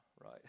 right